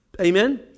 amen